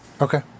Okay